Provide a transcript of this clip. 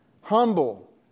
humble